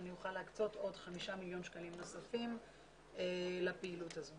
אני אוכל להקצות עוד חמישה מיליון שקלים נוספים לפעילות הזאת.